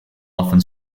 often